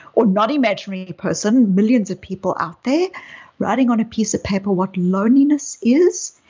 or not imaginary person. millions of people out there writing on a piece of paper what loneliness is,